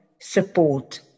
support